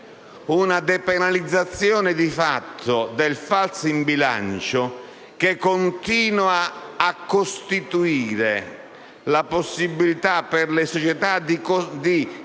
una depenalizzazione di fatto del falso in bilancio che continua a dare la possibilità per le società di creare